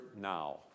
now